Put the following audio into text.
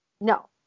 No